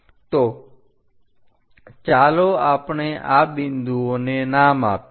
તો ચાલો આપણે આ બિંદુઓને નામ આપીએ